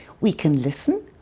we can listen.